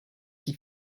qui